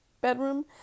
bedroom